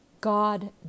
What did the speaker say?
God